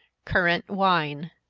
currant wine.